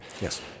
Yes